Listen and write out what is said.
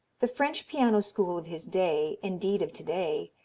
the french piano school of his day, indeed of today,